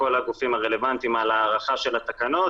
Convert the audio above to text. כל הגופים הרלבנטיים על הארכה של התקנות,